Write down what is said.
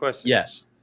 yes